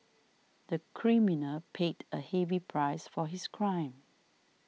the criminal paid a heavy price for his crime